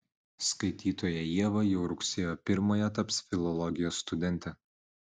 skaitytoja ieva jau rugsėjo pirmąją taps filologijos studente